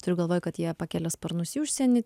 turiu galvoj kad jie pakelia sparnus į užsienį